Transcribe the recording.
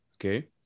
okay